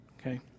Okay